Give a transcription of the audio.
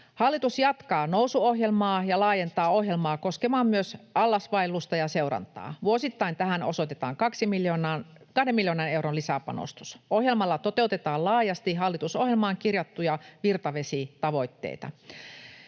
Hallitus jatkaa Nousu-ohjelmaa ja laajentaa ohjelmaa koskemaan myös allasvaellusta ja seurantaa. Vuosittain tähän osoitetaan kahden miljoonan euron lisäpanostus. Ohjelmalla toteutetaan laajasti hallitusohjelmaan kirjattuja virtavesitavoitteita.